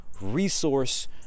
resource